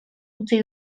utzi